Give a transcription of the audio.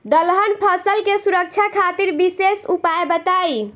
दलहन फसल के सुरक्षा खातिर विशेष उपाय बताई?